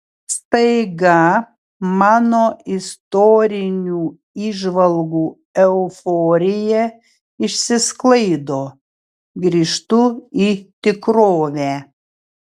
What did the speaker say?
staiga mano istorinių įžvalgų euforija išsisklaido grįžtu į tikrovę